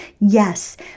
Yes